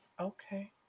okay